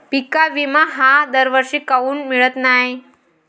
पिका विमा हा दरवर्षी काऊन मिळत न्हाई?